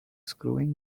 screwing